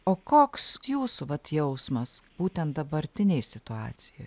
o koks jūsų vat jausmas būtent dabartinėj situacijoj